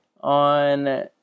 on